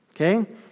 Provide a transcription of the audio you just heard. okay